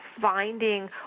finding